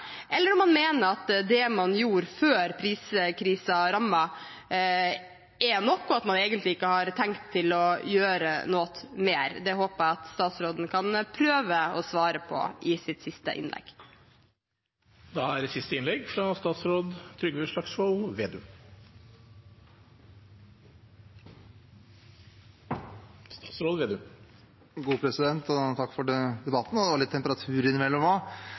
eller om man mener at det man gjorde før priskrisen rammet, er nok, og at man egentlig ikke har tenkt å gjøre noe mer. Det håper jeg statsråden kan prøve å svare på i sitt siste innlegg. Takk for debatten, også med litt temperatur innimellom. Det er